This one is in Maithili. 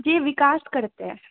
जे भी कास्ट